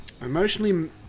Emotionally